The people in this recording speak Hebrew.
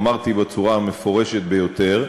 אמרתי בצורה המפורשת ביותר,